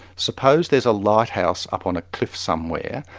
suppose there's a lighthouse up on a cliff somewhere,